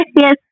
yes